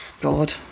God